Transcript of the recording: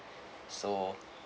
so